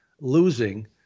losing